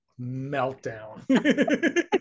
meltdown